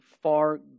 far